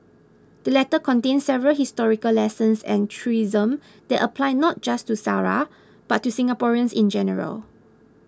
the letter contains several historical lessons and truisms that apply not just to Sara but to Singaporeans in general